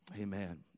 Amen